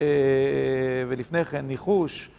אֶה אֶה ולפני כן, ניחוש.